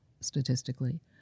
statistically